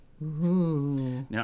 Now